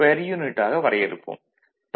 per unit B